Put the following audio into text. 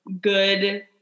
good